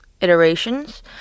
iterations